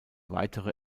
weitere